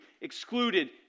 Excluded